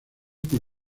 con